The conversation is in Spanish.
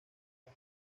las